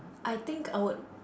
I think I would